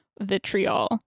vitriol